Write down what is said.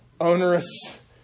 onerous